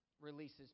Releases